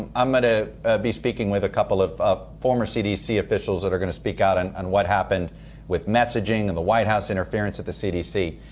i'm going to be speaking with a couple of of former cdc officials that are going to speak out and on what happened with messaging and the white house interference at the cdc.